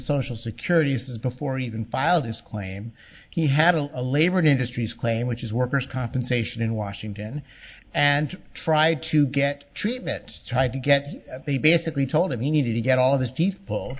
social security since before even filed his claim he had a labored industries claim which is workers compensation in washington and tried to get treatment tried to get they basically told him he needed to get all of this